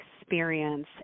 experience